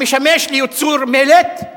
המשמש לייצור מלט,